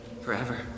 forever